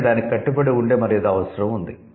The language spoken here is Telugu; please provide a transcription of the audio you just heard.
అంటే దానికి కట్టుబడి ఉండే మరేదో అవసరం ఉంది